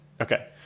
Okay